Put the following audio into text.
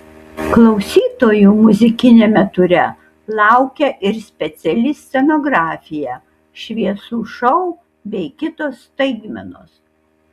klausytojų muzikiniame ture laukia ir speciali scenografija šviesų šou bei kitos staigmenos